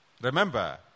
remember